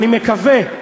אני מקווה,